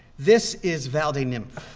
this is valle des nymphes.